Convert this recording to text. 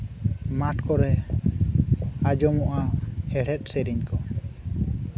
ᱢᱟᱴᱷ ᱠᱚᱨᱮ ᱟᱸᱡᱚᱢᱚᱜᱼᱟ ᱦᱮᱲᱦᱮᱫ ᱥᱮᱨᱮᱧ ᱠᱚ